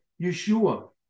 Yeshua